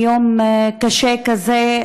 מיום קשה כזה,